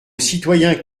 citoyen